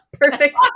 perfect